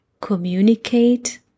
communicate